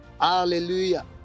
hallelujah